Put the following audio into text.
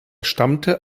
stammte